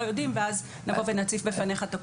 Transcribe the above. יודעים ואז נבוא ונציף בפניך את הקושי.